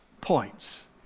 points